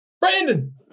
Brandon